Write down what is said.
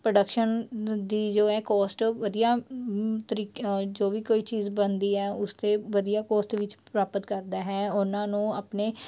production ਦੀ ਜੋ ਹੈ ਕੋਸਟ ਵਧੀਆ ਤਰੀਕੇ ਨਾਲ ਜੋ ਵੀ ਕੋਈ ਚੀਜ਼ ਬਣਦੀ ਹੈ ਉਸ ਤੇ ਵਧੀਆ ਕੋਸਟ ਵਿੱਚ ਪ੍ਰਾਪਤ ਕਰਦਾ ਹੈ ਉਹਨਾਂ ਨੂੰ ਆਪਣੇ